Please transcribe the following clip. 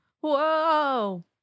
Whoa